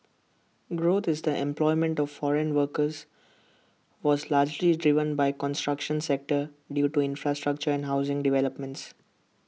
growth in the employment of foreign workers was largely driven by construction sector due to infrastructure and housing developments